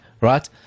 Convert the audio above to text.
Right